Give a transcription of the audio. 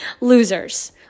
losers